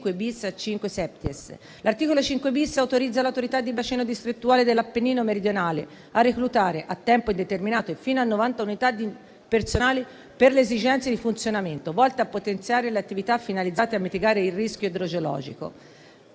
L'articolo 5-*bis* autorizza l'Autorità di bacino distrettuale dell'Appennino meridionale a reclutare a tempo indeterminato fino a 90 unità di personale per le esigenze di funzionamento volte a potenziare le attività finalizzate a mitigare il rischio idrogeologico,